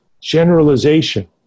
generalization